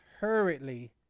hurriedly